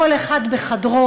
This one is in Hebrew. כל אחד בחדרו,